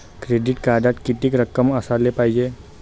Credit कार्डात कितीक रक्कम असाले पायजे?